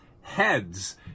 heads